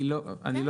אני לא בטוח.